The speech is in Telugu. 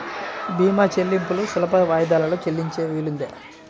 భీమా చెల్లింపులు సులభ వాయిదాలలో చెల్లించే వీలుందా?